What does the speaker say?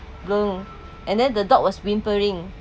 and then the dog was whimpering